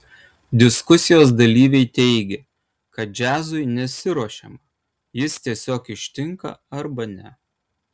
diskusijos dalyviai teigė kad džiazui nesiruošiama jis tiesiog ištinka arba ne